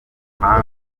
umuhanga